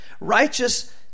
Righteous